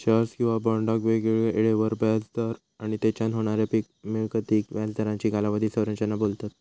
shares किंवा बॉन्डका वेगवेगळ्या येळेवर व्याज दर आणि तेच्यान होणाऱ्या मिळकतीक व्याज दरांची कालावधी संरचना बोलतत